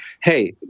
hey